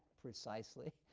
precisely,